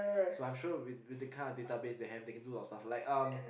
so I'm sure with with the kind of database they can do a lot like stuff like um